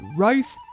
rice